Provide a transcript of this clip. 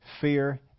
fear